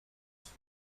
است